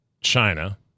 China